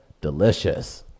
delicious